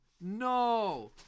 No